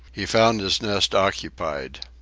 he found his nest occupied.